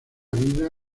vida